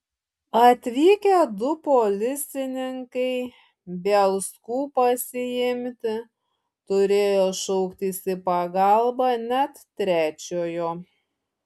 atvykę du policininkai bielskų pasiimti turėjo šauktis į pagalbą net trečiojo